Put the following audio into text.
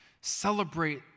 celebrate